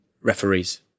referees